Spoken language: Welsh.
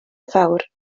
fawr